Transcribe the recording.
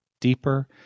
Deeper